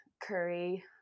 curry